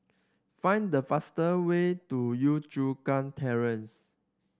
find the faster way to Yio Chu Kang Terrace